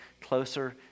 closer